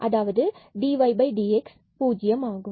∂f∂x∂f∂ydydx0 அதாவது dydx0ஆகும்